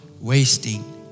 wasting